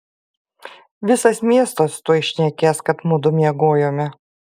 visas miestas tuoj šnekės kad mudu miegojome